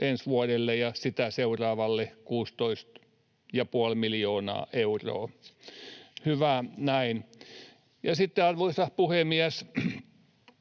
ensi vuodelle ja sitä seuraavalle 16,5 miljoonaa euroa — hyvä näin. Ja sitten, arvoisa puhemies,